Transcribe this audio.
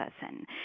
person